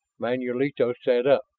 manulito sat up,